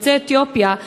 יוצא אתיופיה,